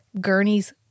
gurneys